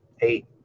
eight